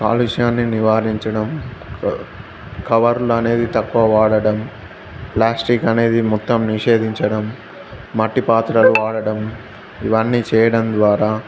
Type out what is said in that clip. కాలుష్యాన్ని నివారించడం కవర్లు అనేది తక్కువ వాడడం ప్లాస్టిక్ అనేది మొత్తం నిషేధించడం మట్టి పాత్రలు వాడడం ఇవన్నీ చేయడం ద్వారా